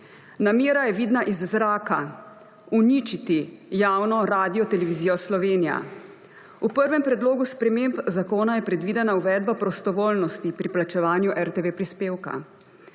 Namera je vidna iz zraka ‒ uničiti javno Radiotelevizijo Slovenija. V prvem predlogu sprememb zakona je predvidena uvedba prostovoljnosti pri plačevanju RTV prispevka.